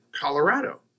Colorado